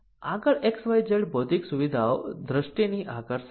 આગળ XYZ ભૌતિક સુવિધાઓ દૃષ્ટિની આકર્ષક છે